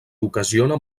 ocasiona